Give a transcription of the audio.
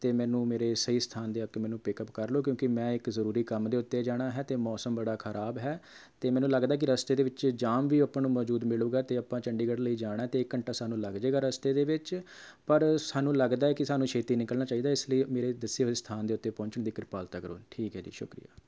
ਅਤੇ ਮੈਨੂੰ ਮੇਰੇ ਸਹੀ ਸਥਾਨ 'ਤੇ ਆ ਕੇ ਮੈਨੂੰ ਪਿਕਅੱਪ ਕਰ ਲਉ ਕਿਉਂਕਿ ਮੈਂ ਇੱਕ ਜ਼ਰੂਰੀ ਕੰਮ ਦੇ ਉੱਤੇ ਜਾਣਾ ਹੈ ਅਤੇ ਮੌਸਮ ਬੜਾ ਖਰਾਬ ਹੈ ਅਤੇ ਮੈਨੂੰ ਲੱਗਦਾ ਕਿ ਰਸਤੇ ਦੇ ਵਿੱਚ ਜਾਮ ਵੀ ਆਪਾਂ ਨੂੰ ਮੌਜੂਦ ਮਿਲੂਗਾ ਅਤੇ ਆਪਾਂ ਚੰਡੀਗੜ੍ਹ ਲਈ ਜਾਣਾ ਅਤੇ ਇੱਕ ਘੰਟਾ ਸਾਨੂੰ ਲੱਗ ਜੇਗਾ ਰਸਤੇ ਦੇ ਵਿੱਚ ਪਰ ਸਾਨੂੰ ਲੱਗਦਾ ਹੈ ਕਿ ਸਾਨੂੰ ਛੇਤੀ ਨਿਕਲਣਾ ਚਾਹੀਦਾ ਇਸ ਲਈ ਮੇਰੇ ਦੱਸੇ ਹੋਏ ਸਥਾਨ ਦੇ ਉੱਤੇ ਪਹੁੰਚਣ ਦੀ ਕ੍ਰਿਪਾਲਤਾ ਕਰੋ ਠੀਕ ਹੈ ਜੀ ਸ਼ੁਕਰੀਆ